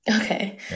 Okay